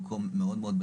כמעט מספר אחד